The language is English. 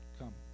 come